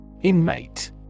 Inmate